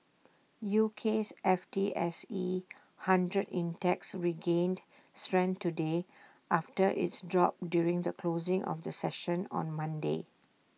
UK's F T S E hundred index regained strength today after its drop during the closing of the session on Monday